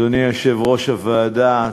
אדוני יושב-ראש הוועדה,